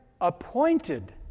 appointed